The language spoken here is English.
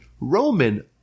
Roman